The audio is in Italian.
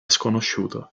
sconosciuto